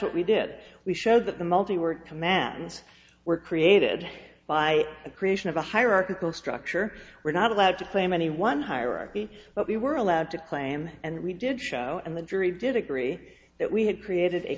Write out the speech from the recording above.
what we did we showed that the multi word command were created by the creation of a hierarchical structure we're not allowed to claim any one hierarchy but we were allowed to claim and we did show in the jury did agree that we had created a